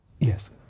Yes